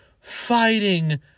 fighting